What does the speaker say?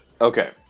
Okay